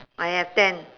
ah ya ten